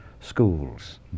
schools